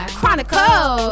Chronicle